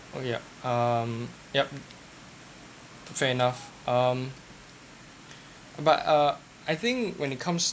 oh yeah um yup fair enough um but uh I think when it comes